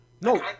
No